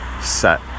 set